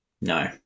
No